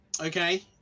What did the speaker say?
Okay